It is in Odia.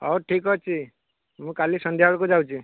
ହେଉ ଠିକ୍ଅଛି ମୁଁ କାଲି ସନ୍ଧ୍ୟାବେଳକୁ ଯାଉଛି